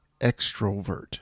extrovert